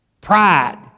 pride